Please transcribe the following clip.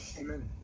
Amen